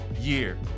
year